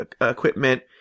equipment